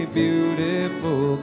beautiful